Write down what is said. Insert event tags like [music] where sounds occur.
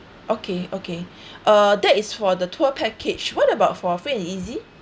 okay okay [breath] uh that is for the tour package what about for free and easy